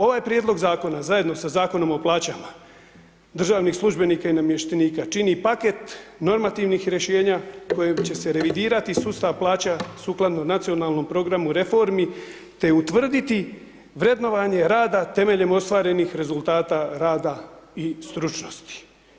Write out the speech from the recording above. Ovaj prijedlog Zakona zajedno sa Zakonom o plaćama državnih službenika i namještenika čini paket normativnih rješenja kojim će se revidirati sustav plaća sukladno nacionalnom programu reformi, te utvrditi vrednovanje rada temeljem ostvarenih rezultata rada i stručnosti.